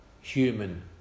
human